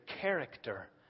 character